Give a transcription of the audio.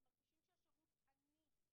הם מרגישים שהשירות עני.